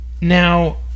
Now